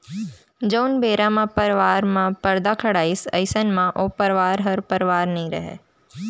जउन बेरा म परवार म परदा खड़ाइस अइसन म ओ परवार ह परवार नइ रहय